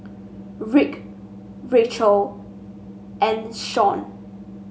Rick Racheal and Sean